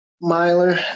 miler